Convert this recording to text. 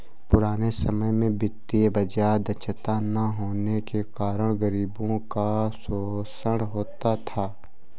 पुराने समय में वित्तीय बाजार दक्षता न होने के कारण गरीबों का शोषण होता था